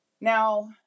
Now